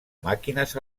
màquines